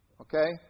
Okay